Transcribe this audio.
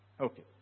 Okay